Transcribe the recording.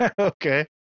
Okay